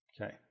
Okay